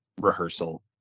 rehearsal